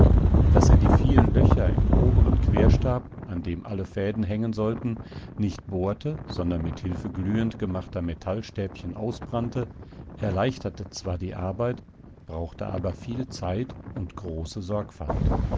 daß er die vielen löcher im oberen querstab an dem alle fäden hängen sollten nicht bohrte sondern mit hilfe glühend gemachter metallstäbchen ausbrannte erleichterte zwar die arbeit brauchte aber viel zeit und große sorgfalt